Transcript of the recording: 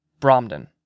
Bromden